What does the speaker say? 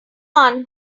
one